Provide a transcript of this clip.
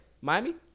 Miami